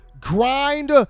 grind